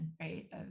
right